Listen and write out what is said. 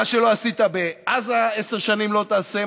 מה שלא עשית בעזה עשר שנים, לא תעשה.